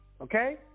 Okay